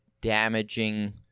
damaging